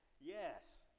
Yes